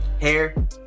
hair